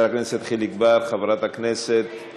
ומשפט לדיון